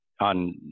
on